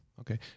Okay